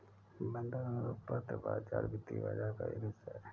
बंधपत्र बाज़ार वित्तीय बाज़ार का एक हिस्सा है